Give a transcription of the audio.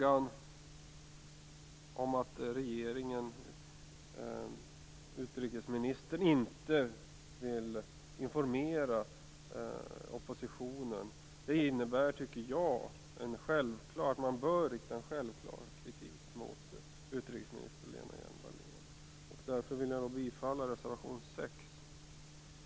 Att utrikesministern inte vill informera oppositionen innebär att man bör rikta en självklar kritik mot utrikesminister Lena Hjelm-Wallén. Jag yrkar om godkännande av reservation 6.